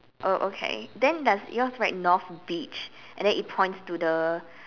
oh okay then does yours write North beach and then it points to the